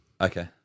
Okay